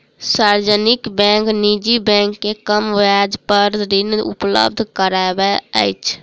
सार्वजनिक बैंक निजी बैंक से कम ब्याज पर ऋण उपलब्ध करबैत अछि